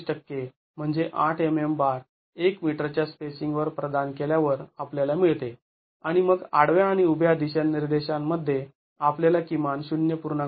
०२५ टक्के म्हणजे ८ mm bar १ metre च्या स्पेसिंगवर प्रदान केल्यावर आपल्याला मिळते आणि मग आडव्या आणि उभ्या दिशानिर्देशांमध्ये आपल्याला किमान ०